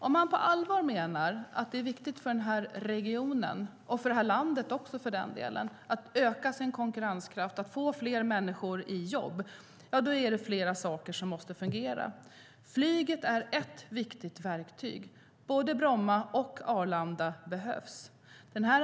Om man på allvar menar att det är viktigt för den här regionen, och för den delen för det här landet, att öka konkurrenskraften och få fler människor i jobb är det flera saker som man måste få att fungera. Flyget är ett viktigt verktyg. Både Bromma och Arlanda behövs.